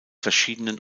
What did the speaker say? verschiedenen